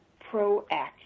proactive